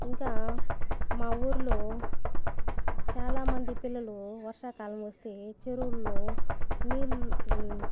ఇంకా మా ఊర్లో చాలామంది పిల్లలు వర్షాకాలం వస్తే చెరువుల్లో నీళ్ళు